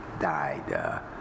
died